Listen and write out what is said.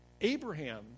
Abraham